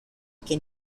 que